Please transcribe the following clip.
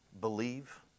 believe